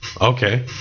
okay